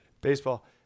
Baseball